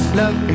love